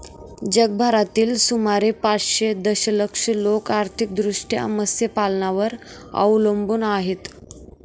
जगभरातील सुमारे पाचशे दशलक्ष लोक आर्थिकदृष्ट्या मत्स्यपालनावर अवलंबून आहेत